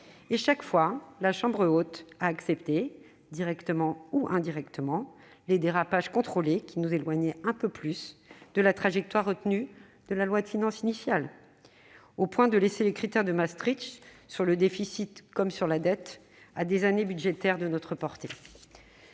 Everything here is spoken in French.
Chaque fois, la chambre haute a accepté, directement ou indirectement, les dérapages contrôlés qui nous éloignaient un peu plus de la trajectoire retenue dans la loi de finances initiale, au point de laisser les critères de Maastricht, sur le déficit comme sur la dette, à des années budgétaires de notre portée.